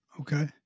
Okay